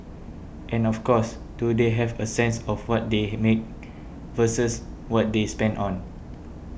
and of course do they have a sense of what they have make versus what they spend on